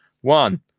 one